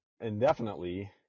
indefinitely